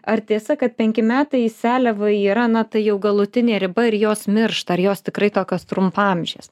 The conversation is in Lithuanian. ar tiesa kad penki metai seliavai yra na tai jau galutinė riba ir jos miršta ar jos tikrai tokios trumpaamžės